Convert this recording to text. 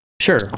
Sure